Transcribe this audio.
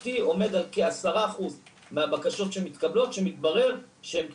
השנתי עומד על כעשרה אחוז מהבקשות שמתקבלות שמתברר שהם קטינים,